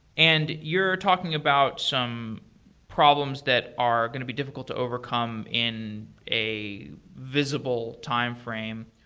and you're talking about some problems that are going to be difficult to overcome in a visible timeframe.